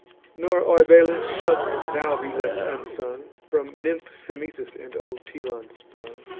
nor oebalus, shalt thou be left unsung, from nymph semethis and old telon sprung,